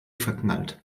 verknallt